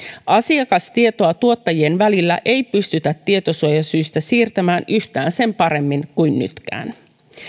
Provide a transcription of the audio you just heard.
asiakastietoa tuottajien välillä ei pystytä tietosuojasyistä siirtämään yhtään sen paremmin kuin nytkään